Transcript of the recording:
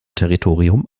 territorium